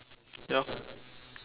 ya